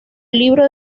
libro